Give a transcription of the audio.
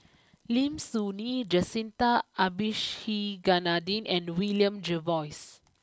Lim Soo Ngee Jacintha Abisheganaden and William Jervois